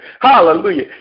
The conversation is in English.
hallelujah